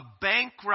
bankrupt